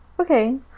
Okay